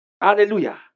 Hallelujah